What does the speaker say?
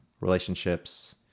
relationships